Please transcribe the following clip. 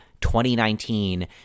2019